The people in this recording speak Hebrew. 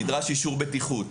נדרש אישור בטיחות,